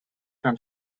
from